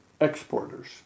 exporters